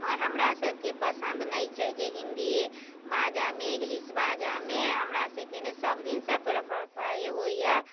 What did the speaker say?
मगर हमरा सभकेँ पसन्द नहि छै जे हिन्दिये बाजऽ मे इंग्लिश बाजऽ मे हमरा सभके ने सभ दिनसँ पर पढ़ाइ होइया